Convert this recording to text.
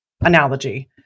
analogy